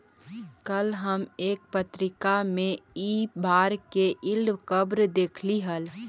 कल हम एक पत्रिका में इ बार के यील्ड कर्व देखली हल